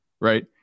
Right